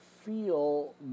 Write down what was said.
feel